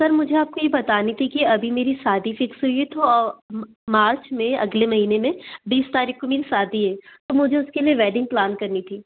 sir मुझे आपको ये बतानी थी कि अभी मेरी शादी फिक्स हुई है तो मार्च में अगले महीने में बीस तारीख को मेरी शादी है तो मुझे उसके लिए वैडिंग प्लान करनी थी